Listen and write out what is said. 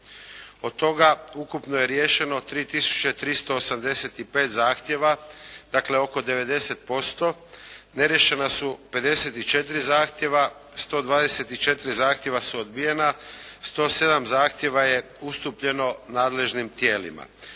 Od toga ukupno je riješeno 3 tisuće 385 zahtjeva, dakle oko 90%. Neriješena su 54 zahtjeva, 124 zahtjeva su odbijena, 107 zahtjeva je ustupljeno nadležnim tijelima.